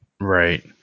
right